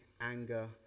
anger